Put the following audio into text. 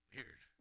Weird